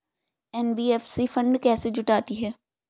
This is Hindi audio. एन.बी.एफ.सी फंड कैसे जुटाती है?